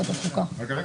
מי נגד?